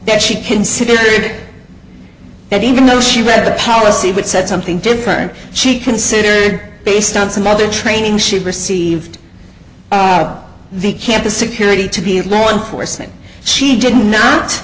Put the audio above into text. there she considered that even though she read the policy but said something different she considered based on some other training she received up the campus security to be law enforcement she did not